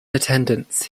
attendance